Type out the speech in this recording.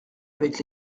avec